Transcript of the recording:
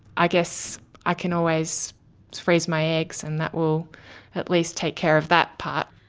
i guess i can always just freeze my eggs and that will at least take care of that part.